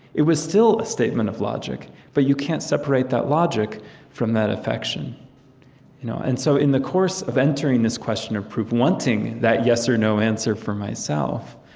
it was still a statement of logic, but you can't separate that logic from that affection you know and so in the course of entering this question of proof, wanting that yes-or-no you know answer for myself,